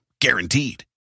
Guaranteed